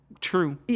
True